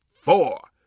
four